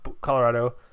Colorado